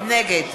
נגד